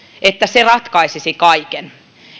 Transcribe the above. että se ratkaisisi kaiken niin